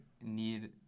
need